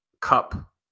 cup